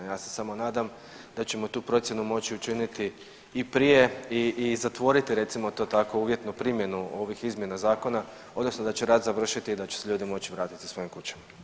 Ja se samo nadam da ćemo tu procjenu moći učiniti i prije i zatvoriti recimo to tako uvjetnu primjenu ovih izmjena zakona odnosno da će rat završiti i da će se ljudi moći vratiti svojim kućama.